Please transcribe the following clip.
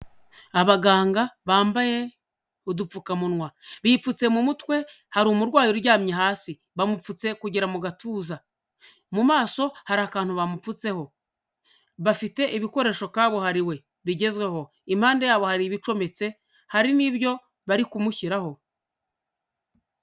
Abaganga bambaye udupfukamunwa. Bipfutse mu mutwe, hari umurwayi uryamye hasi, bamupfutse kugera mu gatuza, mu maso hari akantu bamupfutseho. Bafite ibikoresho kabuhariwe bigezweho. Impande yabo hari ibicometse, hari n'ibyo bari kumushyiraho.